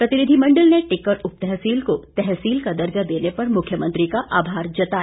प्रतिनिधिमंडल ने टिक्कर उपतहसील को तहसील का दर्जा देने पर मुख्यमंत्री का आभार जताया